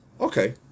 Okay